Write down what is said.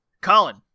Colin